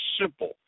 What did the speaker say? simple